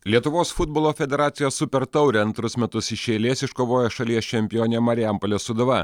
lietuvos futbolo federacijos super taurę antrus metus iš eilės iškovojo šalies čempionė marijampolės sūduva